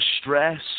stress